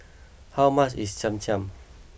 how much is Cham Cham